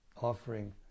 offering